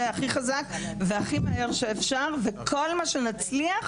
הכי חזק והכי מהר שאפשר וכל מה שנצליח,